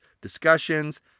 discussions